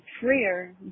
freer